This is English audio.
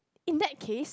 in that case